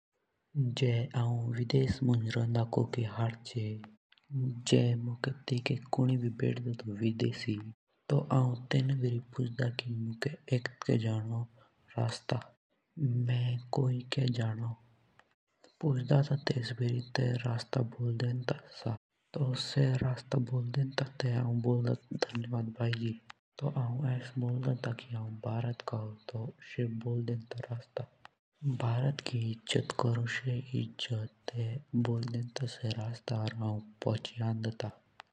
जे हांऊ विदेस रॉन्दा त हर्ची तो मुँके टेईके कुन भी भेट्दो तो हांऊ तेछे पुछदा त रास्ता। कि मेरे एटके जानो हांऊ एटको का हो मे कोट्कियक जानो टेई सो रा। स्ता बोल देंदा त और टेई है टेट्कियक द्योर आन्दा त।